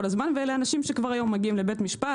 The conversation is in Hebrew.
הזמן ואלה אנשים שכבר היום מגיעים לבית משפט,